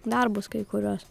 darbus kai kurios